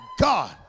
God